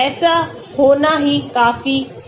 ऐसा होना ही काफी है